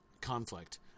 conflict